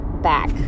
back